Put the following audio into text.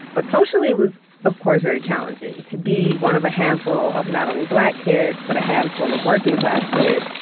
but socially it was, of course, very challenging. to be one of a handful of not only black kids but a handful of working-class kids,